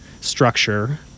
structure